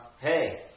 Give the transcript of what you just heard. hey